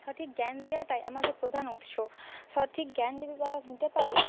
সঠিক জ্ঞান দেওয়াটাই আমাদের প্রধান উৎস সঠিক জ্ঞান যদি তারা নিতে পারে